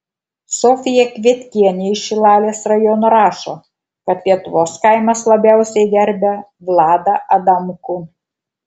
sofija kvietkienė iš šilalės rajono rašo kad lietuvos kaimas labiausiai gerbia vladą adamkų